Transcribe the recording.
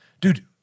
Dude